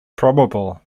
probable